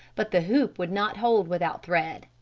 but the hoop would not hold without thread.